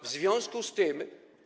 W związku z tym.